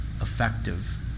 effective